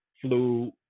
flu